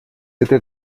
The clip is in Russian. этой